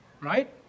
Right